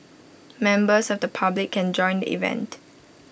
members of the public can join event